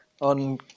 on